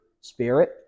spirit